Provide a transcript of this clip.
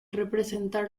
representar